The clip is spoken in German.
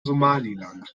somaliland